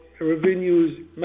revenues